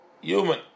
human